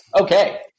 okay